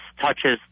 touches